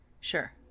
Sure